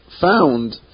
found